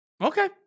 okay